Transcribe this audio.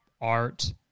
art